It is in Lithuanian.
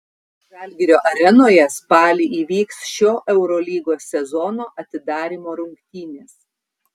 žalgirio arenoje spalį įvyks šio eurolygos sezono atidarymo rungtynės